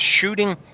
shooting